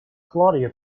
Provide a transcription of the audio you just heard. claudia